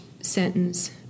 sentence